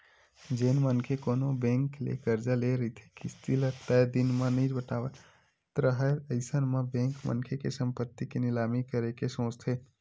जेन मनखे कोनो बेंक ले करजा ले रहिथे किस्ती ल तय दिन म नइ पटावत राहय अइसन म बेंक मनखे के संपत्ति के निलामी करे के सोचथे